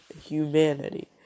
humanity